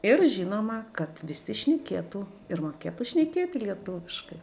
ir žinoma kad visi šnekėtų ir mokėtų šnekėti lietuviškai